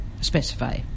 specify